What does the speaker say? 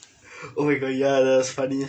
oh my god ya that was funny